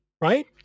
right